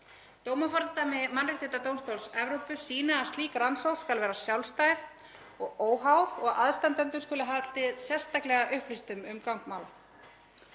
Dómafordæmi Mannréttindadómstóls Evrópu sýna að slík rannsókn skal vera sjálfstæð og óháð og að aðstandendum skuli haldið sérstaklega upplýstum um gang mála.